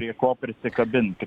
prie ko prisikabinti